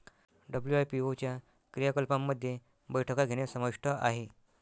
WIPO च्या क्रियाकलापांमध्ये बैठका घेणे समाविष्ट आहे